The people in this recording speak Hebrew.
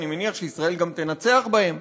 אני מניח שישראל גם תנצח בהן,